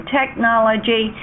technology